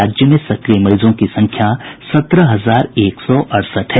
राज्य में सक्रिय मरीजों की संख्या सत्रह हजार एक सौ अड़सठ है